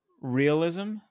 realism